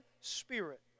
Spirit